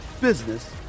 business